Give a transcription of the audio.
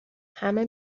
همه